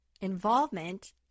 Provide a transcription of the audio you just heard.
involvement